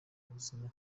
buzima